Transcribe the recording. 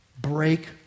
break